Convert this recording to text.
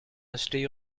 acheter